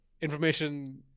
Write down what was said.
information